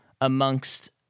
amongst